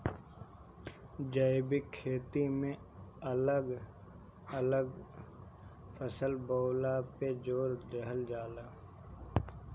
जैविक खेती में अलग अलग फसल बोअला पे जोर देहल जाला